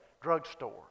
drugstore